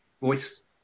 voice